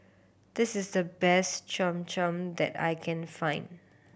this is the best Cham Cham that I can find